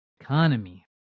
economy